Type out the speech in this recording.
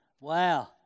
wow